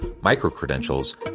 micro-credentials